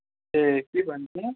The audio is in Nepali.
ए के भन्छ